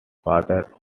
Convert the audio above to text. father